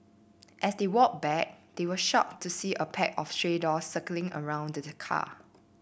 as they walked back they were shocked to see a pack of stray dogs circling around the car